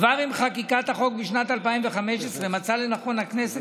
כבר עם חקיקת החוק בשנת 2015 מצאה לנכון הכנסת